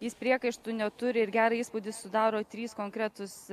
jis priekaištų neturi ir gerą įspūdį sudaro trys konkretūs